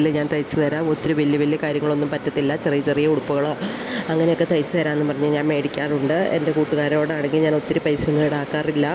ഞാൻ തയ്ച്ചു തരാം ഒത്തിരി വലിയ വലിയ കാര്യങ്ങൾ ഒന്നും പറ്റത്തില്ല ചെറിയ ചെറിയ ഉടുപ്പുകളോ അങ്ങനെയൊക്കെ തയ്ച്ചു തരാമെന്നു പറഞ്ഞു ഞാൻ മേടിക്കാറുണ്ട് എൻ്റെ കൂട്ടൂകാരോട് ആണെങ്കിൽ ഞാൻ ഒത്തിരി പൈസ ഒന്നും ഈടാക്കാറില്ല